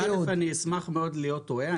א', אני אשמח מאוד להיות טועה.